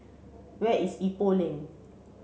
where is Ipoh Lane